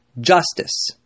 Justice